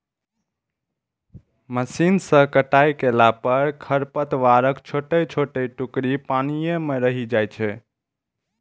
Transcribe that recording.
machine सं कटाइ कयला पर खरपतवारक छोट छोट टुकड़ी पानिये मे रहि जाइ छै